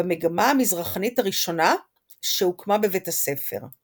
במגמה המזרחנית הראשונה שהוקמה בבית הספר.